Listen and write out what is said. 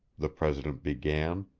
the president began,